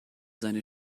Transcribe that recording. seine